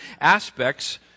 aspects